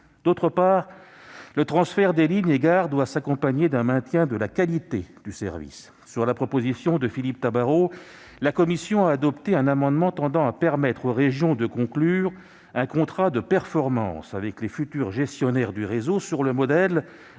D'autre part, le transfert des lignes et gares doit s'accompagner d'un maintien de la qualité du service. Sur la proposition de Philippe Tabarot, la commission a adopté un amendement tendant à permettre aux régions de conclure un contrat de performance avec les futurs gestionnaires du réseau, sur le modèle